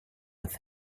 with